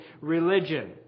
religion